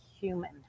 human